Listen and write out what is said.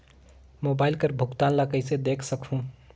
Mobile कर भुगतान ला कइसे देख सकहुं?